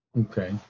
Okay